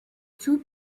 two